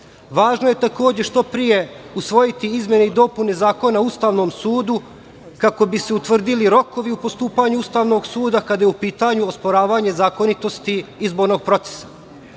je takođe što pre usvojiti izmene i dopune Zakona o Ustavnom sudu kako bi se utvrdili rokovi u postupanju Ustavnog suda kada je u pitanju osporavanje zakonitosti izbornog procesa. Stranka